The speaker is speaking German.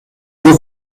junge